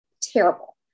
terrible